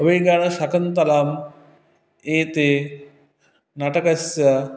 अभिज्ञानशाकुन्तलाम् एते नाटकस्य